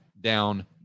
down